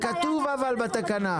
אבל זה כתוב בתקנה.